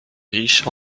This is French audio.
riche